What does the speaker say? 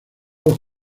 los